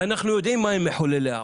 אנחנו יודעים מה הם מחוללי העוני.